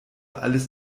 alles